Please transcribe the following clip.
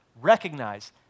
recognize